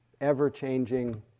ever-changing